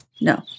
No